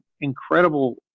incredible